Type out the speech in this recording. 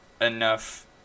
enough